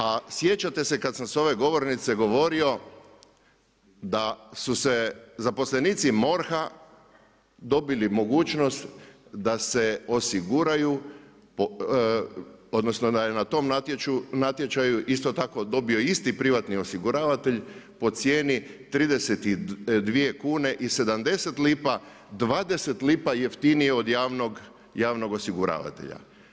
A sjećate se kada sam s ove govornice govorio da su se zaposlenici MORH-a dobili mogućnost da se osiguraju odnosno da je na tom natječaju isto tako dobio isti privatni osiguravatelj po cijeni 32 kune i 70 lipa, 20 lipa jeftinije od javnog osiguravatelja.